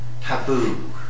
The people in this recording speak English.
taboo